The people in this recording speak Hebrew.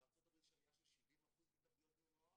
בארצות הברית יש עלייה של 70% בהתאבדויות בני נוער